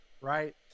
Right